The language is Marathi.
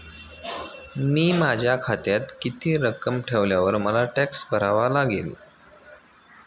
मी माझ्या खात्यात किती रक्कम ठेवल्यावर मला टॅक्स भरावा लागेल?